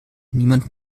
niemand